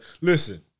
Listen